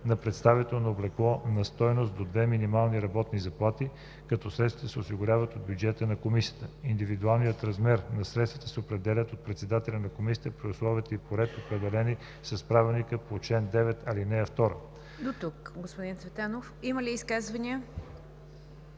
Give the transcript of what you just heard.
на представително облекло на стойност до две минимални работни заплати, като средствата се осигуряват от бюджета на комисията. Индивидуалният размер на средствата се определя от председателя на комисията при условия и по ред, определени с правилника по чл. 9, ал. 2.“ ПРЕДСЕДАТЕЛ НИГЯР ДЖАФЕР: Има ли изказвания?